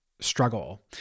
struggle